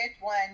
one